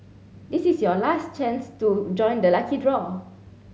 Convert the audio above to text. this is your last chance to join the lucky draw